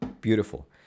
Beautiful